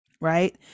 Right